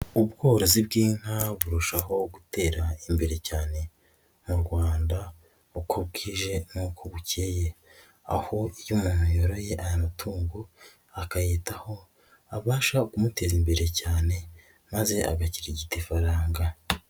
Ubworozi bw'inka burushaho gutera imbere cyane mu Rwanda uko bwije n'uko bukeye. Aho iyo umuntu yoroye aya matungo akayitaho, abasha kumuteza imbere cyane, maze agakirigita ifaranga.